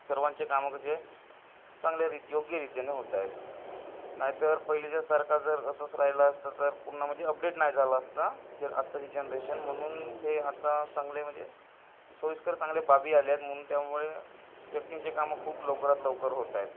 सर्वांचे कामं कसे चांगले री योग्यरितीने होत आहेत नाहीतर पहिलेच्यासारखा जर असंच राहिला असतं तर पूर्ण म्हणजे अपडेट नाही झाला असता जे आत्ताची जनरेशन म्हणून ते आता चांगले म्हणजे सोयीस्कर चांगले बाबी आले आहेत म्हणून त्यामुळे व्यक्तींचे कामं खूप लवकरात लवकर होत आहेत